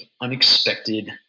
unexpected